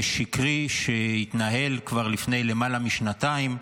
שקרי, שהתנהל כבר לפני למעלה משנתיים,